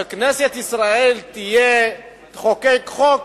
שכנסת ישראל תחוקק חוק,